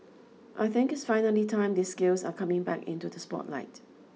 I think it's finally time these skills are coming back into the spotlight